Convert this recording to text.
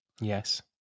Yes